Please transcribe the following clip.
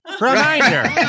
Reminder